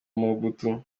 mobutu